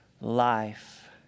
life